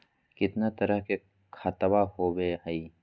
कितना तरह के खातवा होव हई?